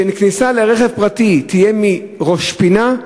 שכניסה לרכב פרטי תהיה מצומת ראש-פינה.